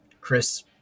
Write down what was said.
Chris